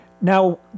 Now